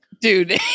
Dude